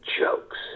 jokes